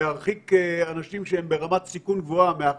ודאי יודעים שפיקוח נפש דוחה את כל התורה כולה וגם